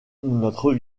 notre